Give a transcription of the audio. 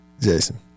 Jason